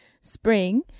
spring